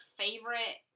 favorite